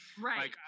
Right